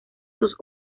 sus